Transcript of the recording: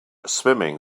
swimming